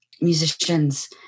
musicians